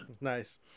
Nice